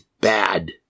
bad